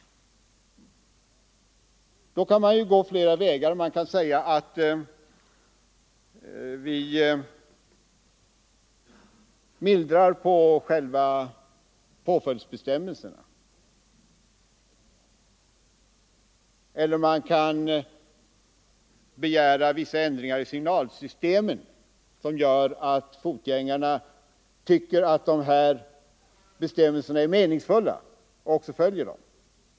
Då kan man ju gå flera vägar. Man kan antingen säga att vi skall mildra påföljdsbestämmelserna eller begära ändringar i signalsystemen, så att fotgängarna tycker att bestämmelserna är meningsfulla och därför följer dem.